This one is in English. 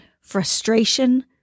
frustration